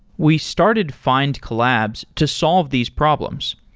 we started findcollabs to solve these problems.